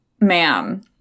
ma'am